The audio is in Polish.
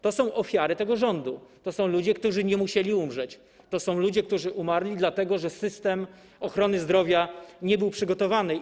To są ofiary tego rządu, to są ludzie, którzy nie musieli umrzeć, to są ludzie, którzy umarli dlatego, że system ochrony zdrowia nie był przygotowany.